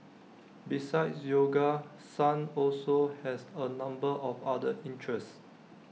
besides yoga sun also has A number of other interests